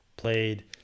played